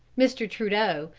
mr. trudeau,